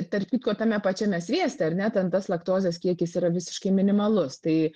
tarp kitko tame pačiame svieste ar ne ten tas laktozės kiekis yra visiškai minimalus tai